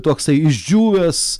toksai išdžiūvęs